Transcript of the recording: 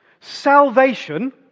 Salvation